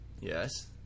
Yes